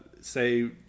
say